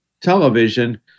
television